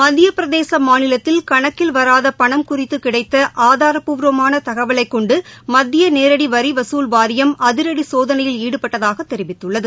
மத்தியபிரதேசமாநிலத்தில் கணக்கில் வராதபணம் குறிததுகிடைத்தஆதாரப்பூர்வமானதகவலைக் கொண்டுமத்தியநேரடிவரிவசூல் வாரியம் அதிரடிசோதனையில் ஈடுபட்டதாகதெரிவித்துள்ளது